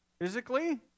physically